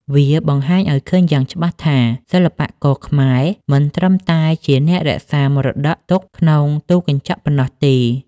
វាបង្ហាញឱ្យឃើញយ៉ាងច្បាស់ថា សិល្បករខ្មែរមិនត្រឹមតែជាអ្នករក្សាមរតកទុកក្នុងទូកញ្ចក់ប៉ុណ្ណោះទេ។